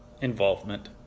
Involvement